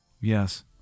Yes